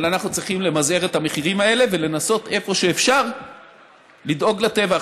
אבל אנחנו צריכים למזער את המחירים האלה ולנסות איפה שאפשר לדאוג לטבע.